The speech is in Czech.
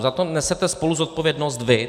Za to nesete spoluzodpovědnost vy.